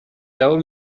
جواب